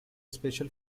special